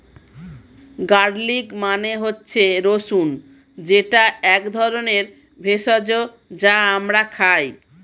garlic মানে হচ্ছে রসুন যেটা এক ধরনের ভেষজ যা আমরা খাই